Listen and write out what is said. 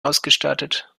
ausgestattet